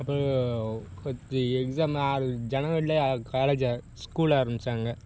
அப்புறம் இது எக்ஸாமெல்லாம் ஆரம் ஜனவரியிலே காலேஜ் ஸ்கூல் ஆரம்பிச்சாங்க